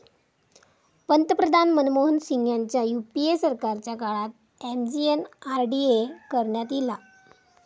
पंतप्रधान मनमोहन सिंग ह्यांच्या यूपीए सरकारच्या काळात एम.जी.एन.आर.डी.ए करण्यात ईला